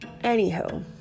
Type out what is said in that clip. Anyhow